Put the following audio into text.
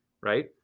right